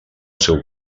seu